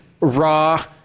raw